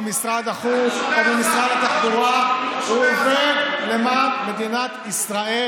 הוא עובד במדינת ישראל